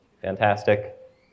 fantastic